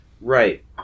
Right